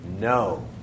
No